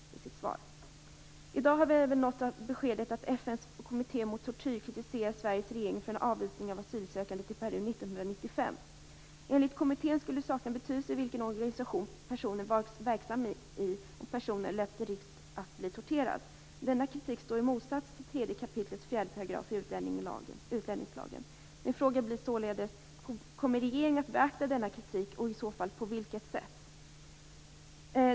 I dag har vi även nåtts av beskedet att FN:s kommitté mot tortyr kritiserar Sveriges regering för en avvisning av asylsökande till Peru 1995. Enligt kommittén skulle det sakna betydelse vilken organisation personen varit verksam i, om personen löpte risk att bli torterad. Denna kritik står i motsättning till 3 kap. 4 § utlänningslagen. Min fråga blir således: Kommer regeringen att beakta denna kritik och i så fall på vilket sätt?